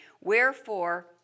Wherefore